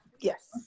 Yes